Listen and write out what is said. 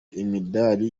imidari